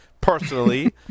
personally